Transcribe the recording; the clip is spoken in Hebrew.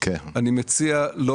אני מציע לא